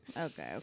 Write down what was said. okay